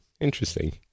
interesting